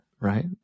Right